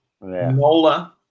Nola